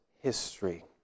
history